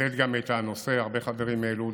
העלית גם את הנושא, הרבה חברים העלו דברים,